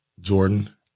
Jordan